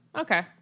Okay